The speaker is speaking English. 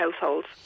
households